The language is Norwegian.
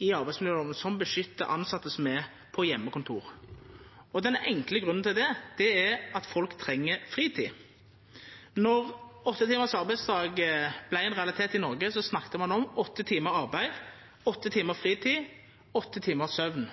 i arbeidsmiljølova som vernar dei tilsette som er på heimekontor. Den enkle grunnen til det er at folk treng fritid. Då åtte timars arbeidsdag vart ein realitet i Norge, snakka ein om åtte timar arbeid, åtte timar fritid og åtte timar søvn.